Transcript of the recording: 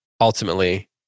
ultimately